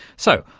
so,